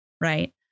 right